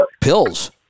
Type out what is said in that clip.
Pills